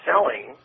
Selling